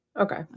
Okay